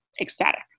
ecstatic